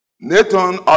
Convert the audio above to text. Nathan